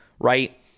right